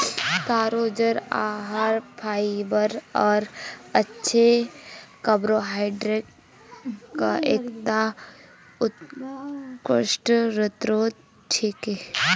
तारो जड़ आहार फाइबर आर अच्छे कार्बोहाइड्रेटक एकता उत्कृष्ट स्रोत छिके